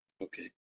Okay